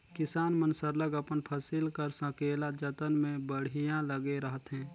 किसान मन सरलग अपन फसिल कर संकेला जतन में बड़िहा लगे रहथें